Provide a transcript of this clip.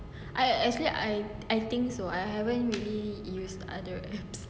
I actually I think so I haven't really use other apps